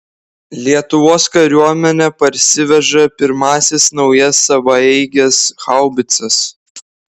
lietuvos kariuomenė parsiveža pirmąsias naujas savaeiges haubicas